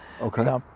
Okay